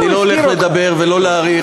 אני לא הולך לדבר הרבה ולא להאריך.